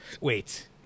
Wait